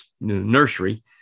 nursery